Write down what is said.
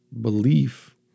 Belief